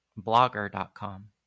blogger.com